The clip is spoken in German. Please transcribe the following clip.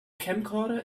camcorder